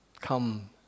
Come